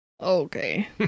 Okay